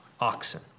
oxen